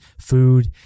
food